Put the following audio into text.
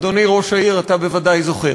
אדוני ראש העיר, אתה בוודאי זוכר.